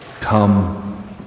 Come